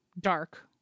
dark